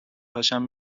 هاشم